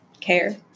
Care